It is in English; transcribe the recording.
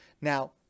Now